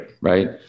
Right